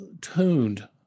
tuned